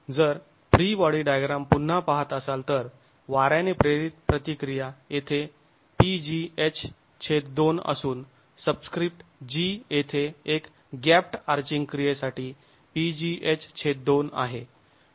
जर free body diagram पुन्हा पाहत असाल तर वाऱ्याने प्रेरित प्रतिक्रिया येथे pgh2 असून सबस्क्रिप्ट g येथे हे गॅप्ड् आर्चिंग क्रीयेसाठी pgh2 आहे